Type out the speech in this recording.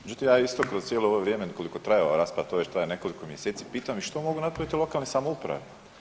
Međutim, ja isto kroz cijelo ovo vrijeme koliko traje ova rasprava, to već traje nekoliko mjeseci pitam i što mogu napraviti lokalne samouprave.